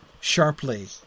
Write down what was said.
sharply